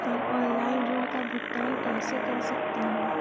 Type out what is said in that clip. हम ऑनलाइन ऋण का भुगतान कैसे कर सकते हैं?